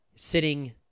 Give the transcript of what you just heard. Sitting